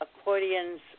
Accordions